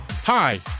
Hi